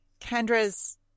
Kendra's